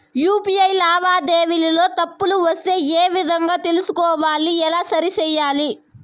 UPI లావాదేవీలలో తప్పులు వస్తే ఏ విధంగా తెలుసుకోవాలి? ఎలా సరిసేయాలి?